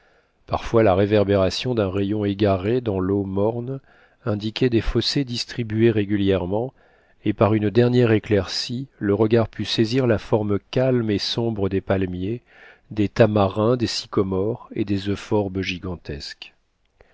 parfois la réverbération d'un rayon égaré dans l'eau morne indiquait des fossés distribués régulièrement et par une dernière éclaircie le regard put saisir la forme calme et sombre des palmiers des tamarins des sycomores et des euphorbes gigantesques